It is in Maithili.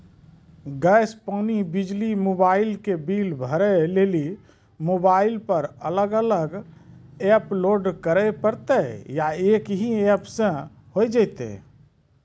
गैस, पानी, बिजली, मोबाइल के बिल भरे लेली मोबाइल पर अलग अलग एप्प लोड करे परतै या एक ही एप्प से होय जेतै?